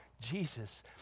Jesus